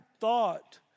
thought